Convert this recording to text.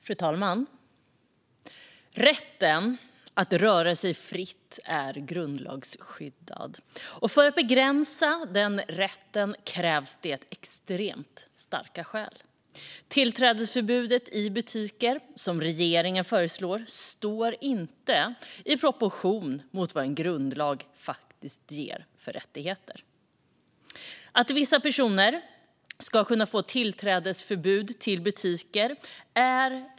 Fru talman! Rätten att röra sig fritt är grundlagsskyddad, och för att begränsa den rätten krävs extremt starka skäl. Tillträdesförbudet till butiker som regeringen föreslår står inte i proportion till vad en grundlag faktiskt ger för rättigheter. Vi är väldigt tveksamma till förslaget att vissa personer ska kunna få tillträdesförbud till butiker.